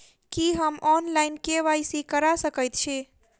की हम online, KYC करा सकैत छी?